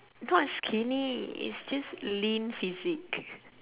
not skinny is just lean physique